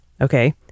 Okay